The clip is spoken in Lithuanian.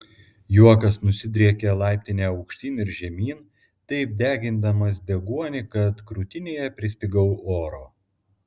juokas nusidriekė laiptine aukštyn ir žemyn taip degindamas deguonį kad krūtinėje pristigau oro